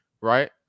right